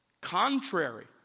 Contrary